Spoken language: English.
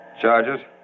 Charges